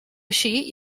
així